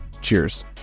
Cheers